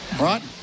right